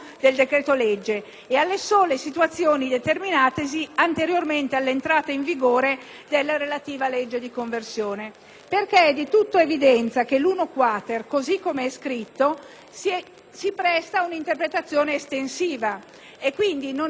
legge di conversione». È infatti di tutta evidenza che l'articolo 1-*quater*, così come è scritto, si presta ad un'interpretazione estensiva; esso non è collegato immediatamente ai fruitori del decreto in questione,